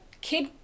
kid